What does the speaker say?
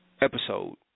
episode